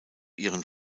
ihren